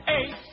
Eight